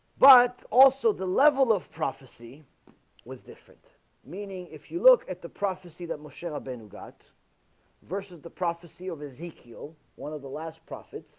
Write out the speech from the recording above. but also the level of prophecy was different meaning if you look at the prophecy that michelle ben who got verses the prophecy of ezekiel one of the last prophets